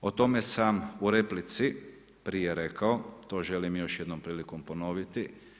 O tome sam u replici prije rekao, to želim još jednom prilikom ponoviti.